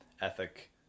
ethic